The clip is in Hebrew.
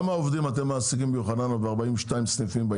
כמה עובדים אתם מעסיקים ביוחננוף ב-42 סניפים בעניין הזה?